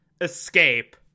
escape